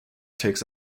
takes